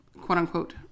quote-unquote